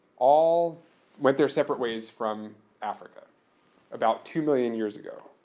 all went their separate ways from africa about two million years ago.